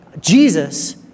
Jesus